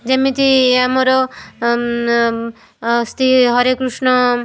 ଯେମିତି ଆମର ଶ୍ରୀ ହରେକୃଷ୍ଣ